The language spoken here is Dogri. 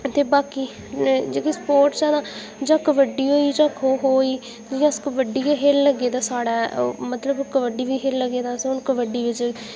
ते बाकी जेह्का स्पोर्टस साढ़ा जां कबड्डी होई जां खो खो होई जे जदूं अस कबड्डी गै खेलन लगे ते साढ़े मतलब कबड्डी गै खेलन लगे तां अस कबड्डी च